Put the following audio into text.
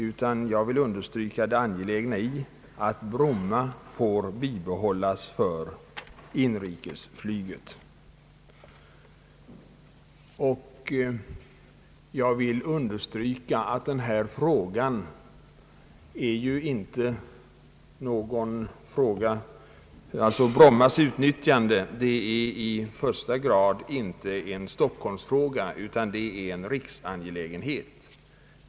Jag vill därför understryka det angelägna i att Bromma får behållas för inrikesflyget. Frågan om Brommas utnyttjande är f. ö. i första hand inte en stockholmsfråga, utan en riksangelägenhet.